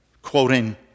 quoting